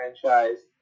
franchise